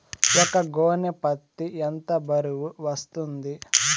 ఒక గోనె పత్తి ఎంత బరువు వస్తుంది?